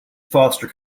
foster